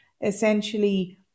essentially